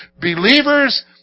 believers